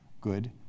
good